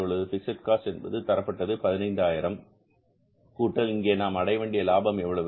fixed cost என்பது தரப்பட்டது 15000 கூட்டல் இங்கே நாம் அடைய வேண்டிய லாபம் எவ்வளவு